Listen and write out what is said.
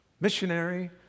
missionary